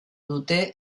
dute